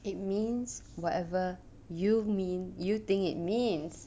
it means whatever you mean you think it means